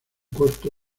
corto